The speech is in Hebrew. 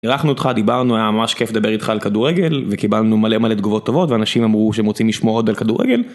אירחנו אותך, דיברנו, היה ממש כיף לדבר איתך על כדורגל, וקיבלנו מלא מלא תגובות טובות, ואנשים אמרו שהם רוצים לשמוע עוד על כדורגל.